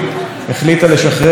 מה שנקרא,